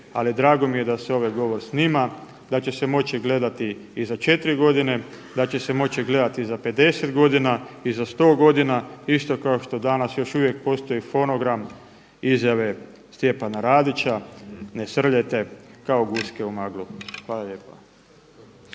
ali drago mi je da se ovaj govor snima, da će se moći gledati i za četiri godine, da će se moći gledati i za 50 godina i za 100 godina isto kao što danas još uvijek postoji fonogram izjave Stjepana Radića, „Ne srljajte kao guske u maglu“. Hvala lijepa.